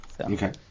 okay